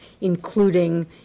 including